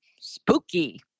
spooky